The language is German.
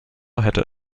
hätte